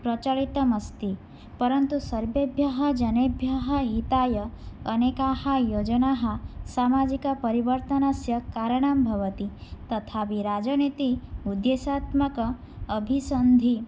प्रचलितमस्ति परन्तु सर्वेभ्यः जनेभ्यः हिताय अनेकाः योजनाः सामाजिकपरिवर्तनस्य कारणं भवन्ति तथा विराजनीति उद्देशात्मक अभिसन्धेः